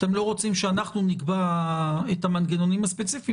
אתם לא רוצים שאנחנו נקבע את המנגנונים הספציפיים,